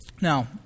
Now